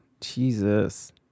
Jesus